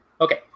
Okay